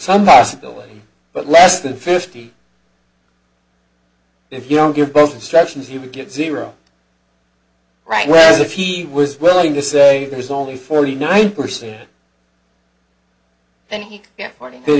some possibility but less than fifty if you don't get both instructions you would get zero right whereas if he was willing to say it was only forty nine percent